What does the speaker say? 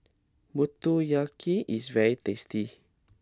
Motoyaki is very tasty